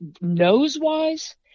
nose-wise